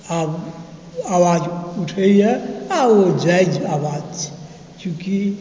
आब आवाज उठैए आओर ओ जायज आवाज छै चूँकि